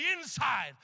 inside